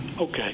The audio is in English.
Okay